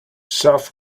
soft